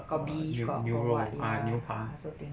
kopi from don't know what lah